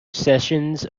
sessions